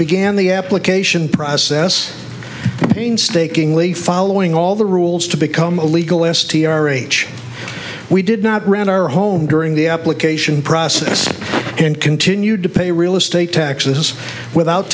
began the application process painstakingly following all the rules to become a legal s t r h we did not run our home during the application process and continued to pay real estate taxes without